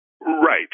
Right